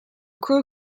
crew